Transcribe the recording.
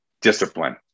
discipline